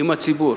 אם הציבור